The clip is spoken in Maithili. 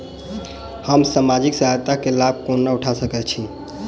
हम सामाजिक सहायता केँ लाभ कोना उठा सकै छी?